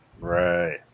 Right